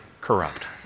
corrupt